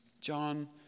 John